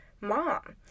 mom